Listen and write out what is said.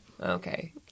Okay